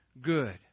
good